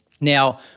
Now